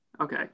okay